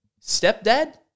stepdad